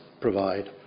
provide